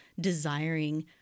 desiring